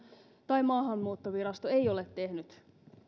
tai maahanmuuttovirasto ei ole tehnyt mitään